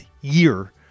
year